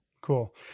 cool